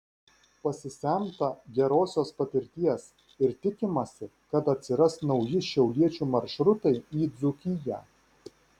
pasisemta gerosios patirties ir tikimasi kad atsiras nauji šiauliečių maršrutai į dzūkiją